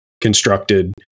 constructed